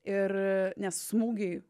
ir nes smūgiai